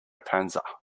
panza